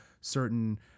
certain